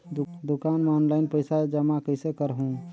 दुकान म ऑनलाइन पइसा जमा कइसे करहु?